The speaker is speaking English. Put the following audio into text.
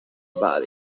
about